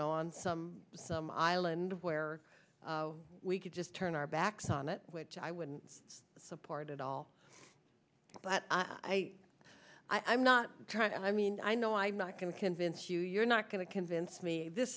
know on some some island where we could just turn our backs on it which i wouldn't support at all but i i'm not trying to i mean i know i'm not going to convince you you're not going to convince me this